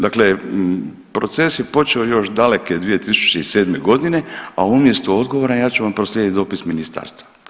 Dakle, proces je počeo još daleke 2007. godine, a umjesto odgovora ja ću vam proslijedit dopis ministarstva.